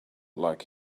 like